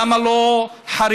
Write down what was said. למה לא חרדים?